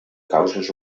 causes